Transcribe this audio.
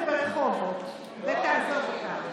לא, עידית סילמן זה ברחובות, תעזוב אותה.